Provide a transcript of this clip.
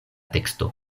teksto